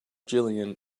jillian